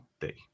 day